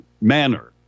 manner